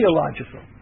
ideological